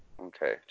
Okay